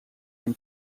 dem